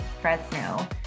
Fresno